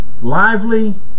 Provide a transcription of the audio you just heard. lively